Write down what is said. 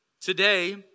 today